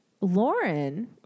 Lauren